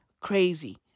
crazy